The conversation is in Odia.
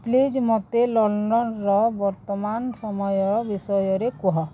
ପ୍ଲିଜ୍ ମୋତେ ଲଣ୍ଡନର ବର୍ତ୍ତମାନର ସମୟ ବିଷୟରେ କୁହ